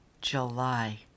July